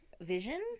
vision